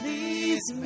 Please